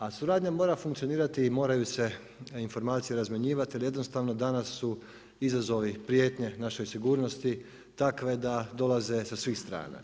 A suradnja mora funkcionirati i moraju se informacije razmjenjivati ali jednostavno danas su izazovi prijetnje našoj sigurnosti takve da dolaze sa svih strana.